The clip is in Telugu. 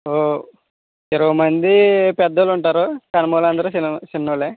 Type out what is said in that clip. ఓ ఇరవై మంది పెద్ద వాళ్ళు ఉంటారు కడమ వాళ్ళు అందరూ చిన చిన్న వాళ్ళే